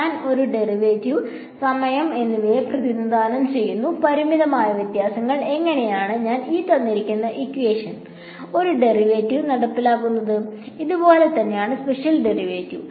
ഞാൻ ഒരു ഡെറിവേറ്റീവ് സമയം എന്നിവയെ പ്രതിനിധാനം ചെയ്യും പരിമിതമായ വ്യത്യാസങ്ങൾ അങ്ങനെയാണ് ഞാൻ ഒരു ഡെറിവേറ്റീവ് നടപ്പിലാക്കുന്നത് അതുപോലെ തന്നെയാണ് സ്പേഷ്യൽ ഡെറിവേറ്റീവ്